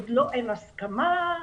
עוד אין הסכמה,